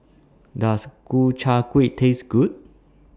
Does Ku Chai Kueh Taste Good